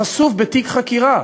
אבל המודיעין חשוף בתיק החקירה.